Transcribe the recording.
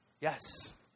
Yes